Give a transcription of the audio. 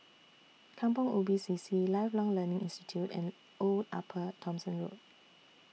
Kampong Ubi C C Lifelong Learning Institute and Old Upper Thomson Road